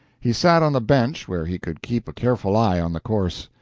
he sat on the bench where he could keep a careful eye on the course.